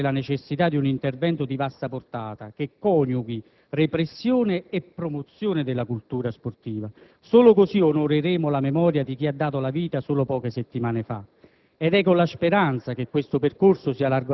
Per questo continuiamo a richiamare la necessità di un intervento di vasta portata, che coniughi repressione e promozione della cultura sportiva. Solo così onoreremo la memoria di chi ha dato la vita solo poche settimane fa.